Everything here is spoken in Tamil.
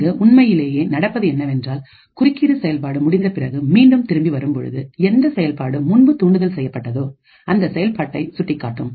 இங்கு உண்மையிலேயே நடப்பது என்னவென்றால் குறுக்கீடு செயல்பாடு முடிந்த பிறகு மீண்டும் திரும்பி வரும்பொழுது எந்த செயல்பாடு முன்பு தூண்டுதல் செய்யப்பட்டதோ அந்த செயல்பாட்டை சுட்டிக்காட்டும்